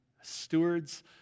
Stewards